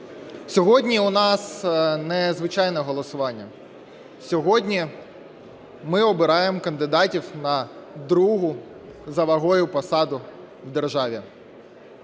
Сьогодні у нас незвичайне голосування, сьогодні ми обираємо кандидатів на другу за вагою посаду в державі.